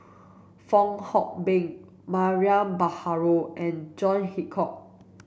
Fong Hoe Beng Mariam Baharom and John Hitchcock